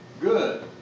good